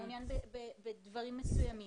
מעוניין בדברים מסוימים.